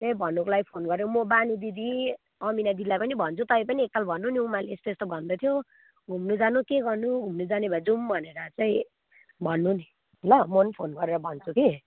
त्यही भन्नुको लागि फोन गरेको म वाणी दिदी अमिना दिदीलाई पनि भन्छु तपाईँ पनि एकताल भन्नु नि उमाले यस्तो यस्तो भन्दै थियो घुम्नु जानु के गर्नु घुम्नु जाने भए जाउँ भनेर चाहिँ भन्नु नि ल म पनि फोन गरेर भन्छु कि